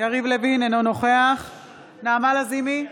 יריב לוין, אינו נוכח נעמה לזימי,